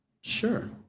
Sure